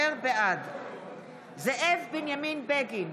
בעד זאב בנימין בגין,